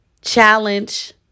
challenge